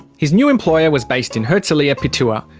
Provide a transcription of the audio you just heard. his new employer was based in herzliya pituah,